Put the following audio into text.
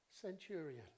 centurion